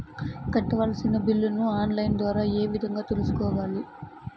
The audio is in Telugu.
కట్టాల్సిన బిల్లులు ఆన్ లైను ద్వారా ఏ విధంగా తెలుసుకోవాలి?